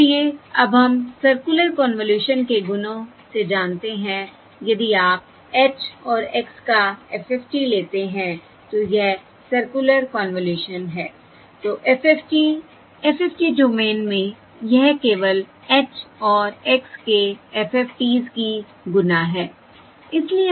और इसलिए अब हम सर्कुलर कन्वॉल्यूशन के गुणों से जानते हैं यदि आप h और x का FFT लेते हैं तो वह सर्कुलर कन्वॉल्यूशन है तो FFT FFT डोमेन में यह केवल h और x के FFTs की गुणा है